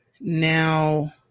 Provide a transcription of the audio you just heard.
Now